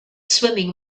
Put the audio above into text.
swimming